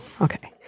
Okay